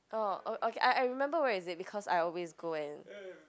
oh oh okay I I remember where is it because I always go and